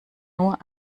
nur